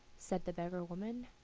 said the beggar-woman.